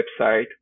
website